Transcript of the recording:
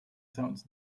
sounds